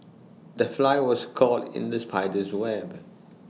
the fly was caught in the spider's web